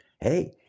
hey